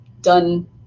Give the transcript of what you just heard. done